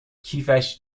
کیفش